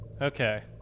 Okay